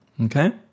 okay